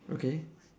okay